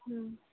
ಹ್ಞೂ